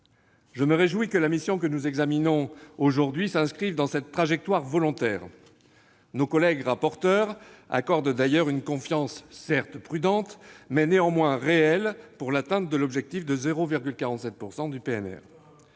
Je me réjouis que la mission que nous examinons s'inscrive dans cette trajectoire volontaire. Les rapporteurs accordent d'ailleurs une confiance, certes prudente, mais réelle, à l'atteinte de l'objectif de 0,47 % du RNB.